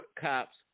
cops